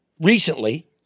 recently